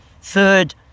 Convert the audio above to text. Third